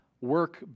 work